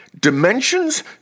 dimensions